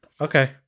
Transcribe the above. Okay